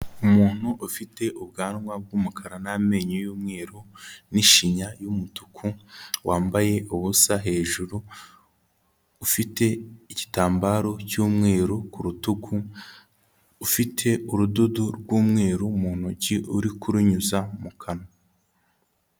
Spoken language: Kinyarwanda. Umuntu ufite ubwanwa bw'umukara n'amenyo y'umweru n'ishinya y'umutuku wambaye ubusa hejuru, ufite igitambaro cy'umweru ku rutugu, ufite urudodo rw'umweru mu ntoki uri kurunyuza mu kanwa.